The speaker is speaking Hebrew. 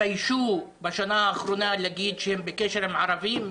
שהתביישו בשנה האחרונה להגיד שהם בקשר עם ערבים,